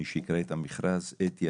מי שיקרא את המכרז אתי,